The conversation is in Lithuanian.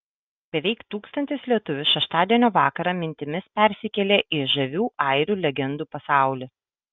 beveik tūkstantis lietuvių šeštadienio vakarą mintimis persikėlė į žavių airių legendų pasaulį